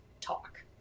talk